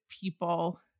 people